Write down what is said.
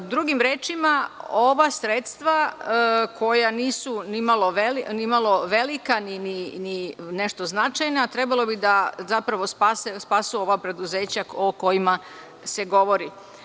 Drugim rečima, ova sredstva koja nisu ni malo velika ni nešto značajna trebalo bi da spasu ova preduzeća o kojima se govori.